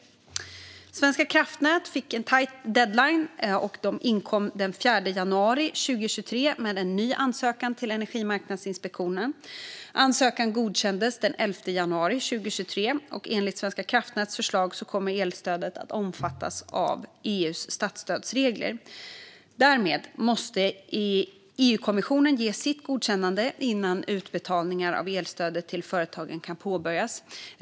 Svenska kraftnät fick en tajt deadline, och de inkom den 4 januari 2023 med en ny ansökan till Energimarknadsinspektionen. Ansökan godkändes den 11 januari 2023. Enligt Svenska kraftnäts förslag kommer elstödet att omfattas av EU:s statsstödsregler. Därmed måste EU-kommissionen ge sitt godkännande innan utbetalningarna av elstödet till företagen kan påbörjas.